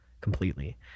completely